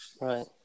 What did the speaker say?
Right